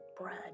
bread